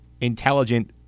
intelligent